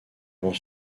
grand